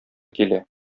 килә